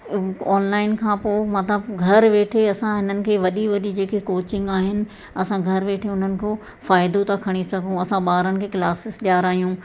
online खां पोइ मतिलबु घर वेठे असां हिननि खे वॾी वॾी जेके कोचिंग आहिनि असां घर वेठे उन्हनि खो फ़ाइदो था खणी सघूं असां ॿारनि खे क्लासिस ॾियारायूं